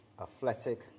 Athletic